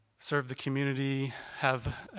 serve the community, have